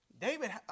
David